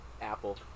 Apple